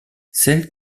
celle